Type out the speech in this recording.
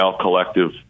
collective